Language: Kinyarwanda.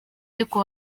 ariko